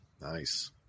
Nice